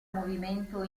movimento